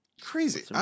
crazy